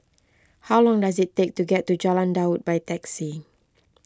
how long does it take to get to Jalan Daud by taxi